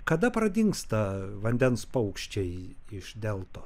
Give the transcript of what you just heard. kada pradingsta vandens paukščiai iš deltos